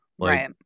Right